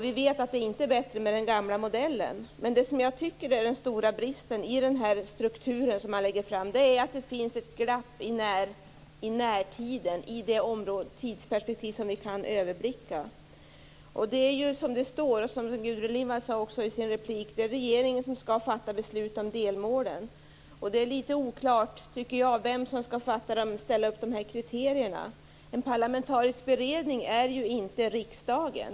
Vi vet att det är inte bättre med den gamla modellen. Det jag tycker är den stora bristen i den struktur man lägger fram är att det finns ett glapp i närtiden, i det tidsperspektiv vi kan överblicka. Det står i propositionen, vilket Gudrun Lindvall också sade i sin replik, att det är regeringen som skall fatta beslut om delmålen. Det är oklart vem som skall ställa upp kriterierna. En parlamentarisk beredning är ju inte riksdagen.